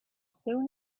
soon